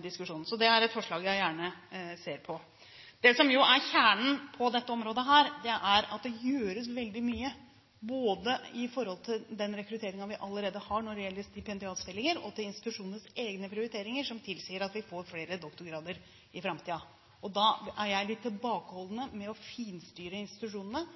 diskusjonen. Så det er et forslag jeg gjerne ser på. Det som er kjernen i dette området, er at det gjøres veldig mye både med hensyn til den rekrutteringen vi allerede har når det gjelder stipendiatstillinger, og med hensyn til institusjonenes egne prioriteringer, som tilsier at vi får flere doktorgrader i framtiden. Da er jeg litt tilbakeholden med å finstyre institusjonene,